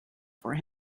for